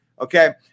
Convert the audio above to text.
okay